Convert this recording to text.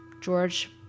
George